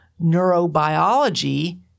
neurobiology